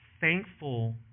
thankful